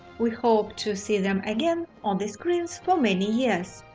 we hoped to see them again on the screens for many years.